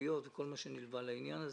התביעות וכל מה שנלווה לעניין הזה.